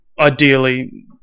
ideally